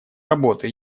работы